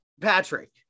Patrick